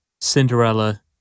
Cinderella